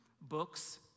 Books